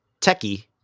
techie